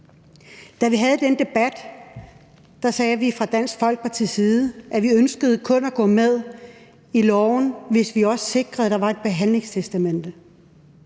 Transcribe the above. Da vi havde den debat, sagde vi fra Dansk Folkepartis side, at vi kun ønskede at gå ind for lovforslaget, hvis vi også sikrede, at der var et behandlingstestamente